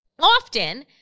often